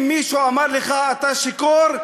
אם מישהו אמר לך שאתה שיכור,